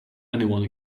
anyone